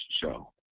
show